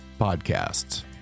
podcasts